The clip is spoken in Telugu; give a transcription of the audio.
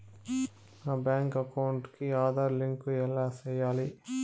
నా బ్యాంకు అకౌంట్ కి ఆధార్ లింకు ఎలా సేయాలి